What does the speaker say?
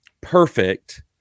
perfect